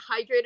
hydrated